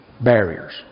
barriers